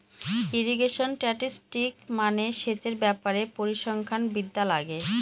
irrigation statistics মানে সেচের ব্যাপারে পরিসংখ্যান বিদ্যা লাগে